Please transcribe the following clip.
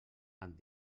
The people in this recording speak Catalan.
amb